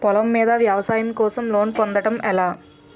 పొలం మీద వ్యవసాయం కోసం లోన్ పొందటం ఎలా?